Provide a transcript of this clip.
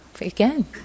again